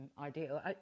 ideal